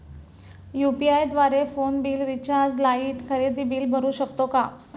UPI द्वारे phone bill, recharge, light, खरेदी bill भरू शकतो का?